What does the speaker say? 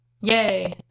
Yay